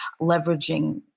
leveraging